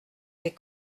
des